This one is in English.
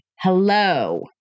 hello